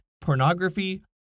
pornography